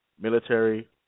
military